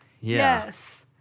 Yes